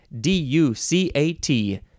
D-U-C-A-T